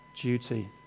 duty